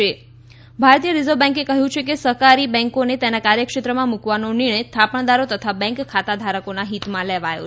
ત ભારતીય રીઝર્વ બેન્કે કહ્યું છે કે સહકારી બેન્કોને તેના કાર્યક્ષેત્રમાં મૂકવાનો નિર્ણય થાપણદારો તથા બેન્ક ખાતાધારકોના હિતમાં લેવાયો છે